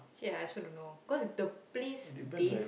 actually I also don't know cause the place this